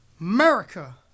america